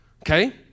Okay